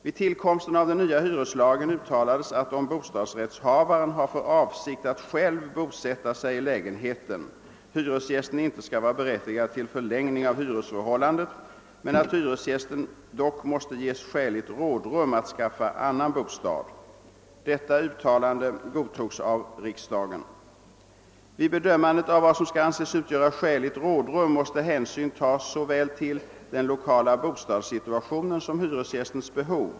Vid tillkomsten av den nya hyreslagen uttalades att om bostadsrättshavaren har för avsikt att själv bosätta sig i lägenheten hyresgästen inte skall vara berättigad till förlängning av hyresförhållandet, men att hyresgästen dock måste ges skäligt rådrum att skaffa annan bostad. Detta uttalande godtogs av riksdagen. Vid bedömandet av vad som skall anses utgöra skäligt rådrum måste hänsyn tas till såväl den lokala bostadssituationen som hyresgästens behov.